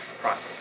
process